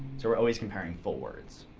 so we're always comparing full words.